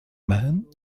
man